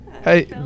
Hey